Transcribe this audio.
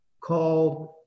called